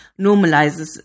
normalizes